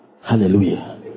Hallelujah